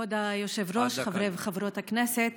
כבוד היושב-ראש, חברי וחברות הכנסת,